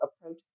approach